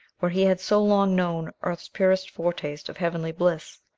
where he had so long known earth's purest foretaste of heavenly bliss.